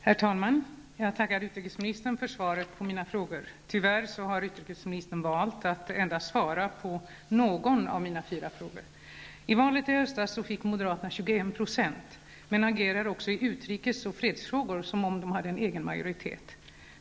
Herr talman! Jag tackar utrikesministern för svaret på mina frågor. Tyvärr har utrikesministern valt att endast svara på någon av mina fyra frågor. I valet i höstas fick moderaterna 21 %, men agerar också i utrikes och fredsfrågor som om de hade egen majoritet.